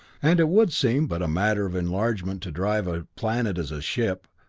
and it would seem but a matter of enlargement to drive a planet as a ship,